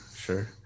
Sure